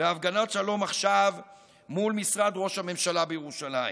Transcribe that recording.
בהפגנת שלום עכשיו מול משרד ראש הממשלה בירושלים.